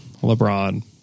LeBron